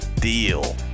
deal